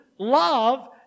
Love